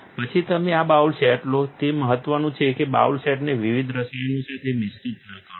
પછી તમે આ બાઉલ સેટ લો તે મહત્વનું છે કે બાઉલ સેટને વિવિધ રસાયણો સાથે મિશ્રિત ન કરો